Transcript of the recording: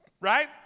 right